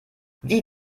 wie